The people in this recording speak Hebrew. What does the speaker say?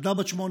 ילדה בת 8,